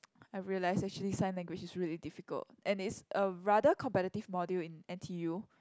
I realise actually sign language is really difficult and it's a rather competitive module in N_t_U